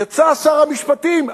יצא שר המשפטים.